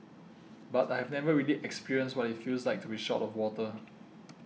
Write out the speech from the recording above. but I have never really experienced what it feels like to be short of water